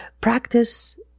Practice